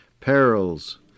perils